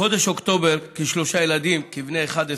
בחודש אוקטובר שלושה ילדים כבני 11